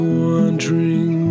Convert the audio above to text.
wandering